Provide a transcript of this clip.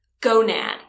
gonad